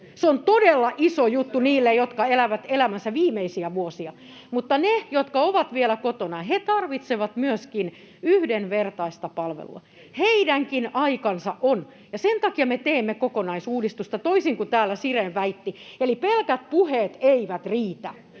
Se on todella iso juttu niille, jotka elävät elämänsä viimeisiä vuosia. Mutta myöskin ne, jotka ovat vielä kotona, tarvitsevat yhdenvertaista palvelua. Heidänkin aikansa on, ja sen takia me teemme kokonaisuudistusta, toisin kuin täällä Sirén väitti. Eli pelkät puheet eivät riitä.